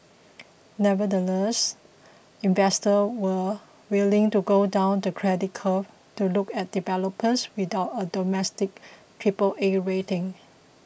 nevertheless investors were willing to go down the credit curve to look at developers without a domestic Triple A rating